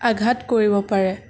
আঘাত কৰিব পাৰে